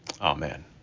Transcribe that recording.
Amen